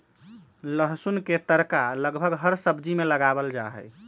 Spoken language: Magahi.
लहसुन के तड़का लगभग हर सब्जी में लगावल जाहई